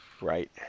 Right